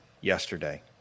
yesterday